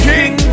King